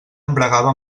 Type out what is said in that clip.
embragava